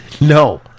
No